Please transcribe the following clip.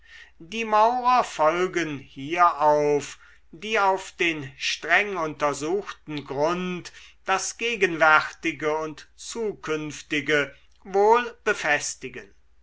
die maurer folgen hierauf die auf den streng untersuchten grund das gegenwärtige und zukünftige wohl befestigen